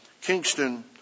Kingston